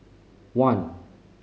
one